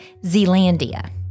Zealandia